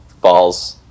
balls